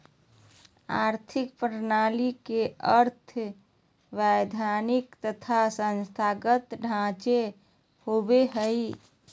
आर्थिक प्रणाली के अर्थ वैधानिक तथा संस्थागत ढांचे होवो हइ